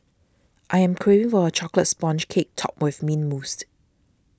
I am craving for a Chocolate Sponge Cake Topped with Mint Mousse